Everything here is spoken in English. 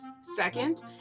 Second